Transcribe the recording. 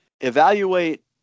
evaluate